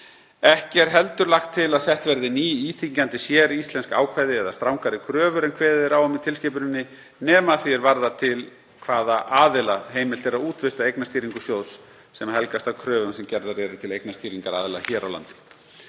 Ekki er heldur lagt til að sett verði ný íþyngjandi séríslensk ákvæði eða strangari kröfur en kveðið er á um í tilskipuninni, nema að því er varðar til hvaða aðila heimilt er að útvista eignastýringu sjóðs sem helgast af kröfum sem gerðar eru til eignastýringaraðila hér á landi.